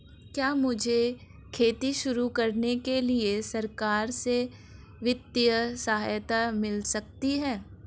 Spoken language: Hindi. क्या मुझे खेती शुरू करने के लिए सरकार से वित्तीय सहायता मिल सकती है?